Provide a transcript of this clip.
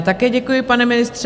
Také děkuji, pane ministře.